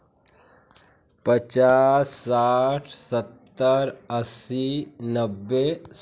पचास साठ सत्तर अस्सी नब्बे सौ